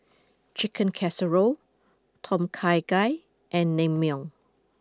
Chicken Casserole Tom Kha Gai and Naengmyeon